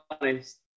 honest